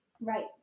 Right